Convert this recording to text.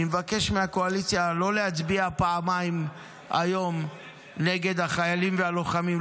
אני מבקש מהקואליציה לא להצביע פעמיים היום נגד החיילים והלוחמים,